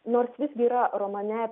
nors visgi yra romane